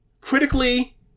critically